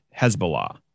Hezbollah